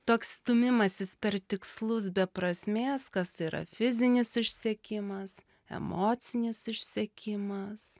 toks stūmimasis per tikslus be prasmės kas yra fizinis išsekimas emocinis išsekimas